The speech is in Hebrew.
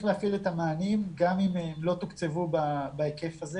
להפעיל את המענים גם אם הם לא תוקצבו בהיקף הזה